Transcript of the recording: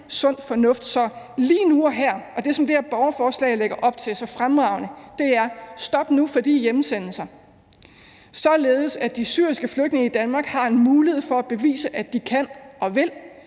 sund fornuft. Så lige nu og her, og det, som det her borgerforslag så fremragende lægger op til, er: Stop nu for de hjemsendelser, således at de syriske flygtninge i Danmark har en mulighed for at bevise, at de kan og vil,